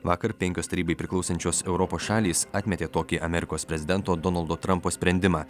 vakar penkios tarybai priklausančios europos šalys atmetė tokį amerikos prezidento donaldo trampo sprendimą